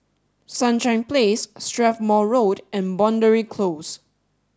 Sunshine Place Strathmore Road and Boundary Close